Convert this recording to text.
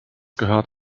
gehört